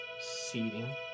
seating